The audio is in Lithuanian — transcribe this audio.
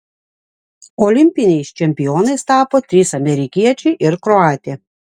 olimpiniais čempionais tapo trys amerikiečiai ir kroatė